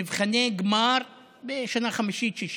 מבחני גמר בשנה חמישית, שישית.